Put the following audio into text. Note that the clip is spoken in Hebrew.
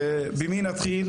בבקשה.